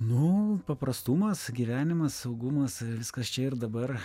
nu paprastumas gyvenimas saugumas viskas čia ir dabar